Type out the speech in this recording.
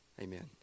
amen